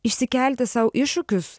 išsikelti sau iššūkius